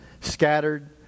scattered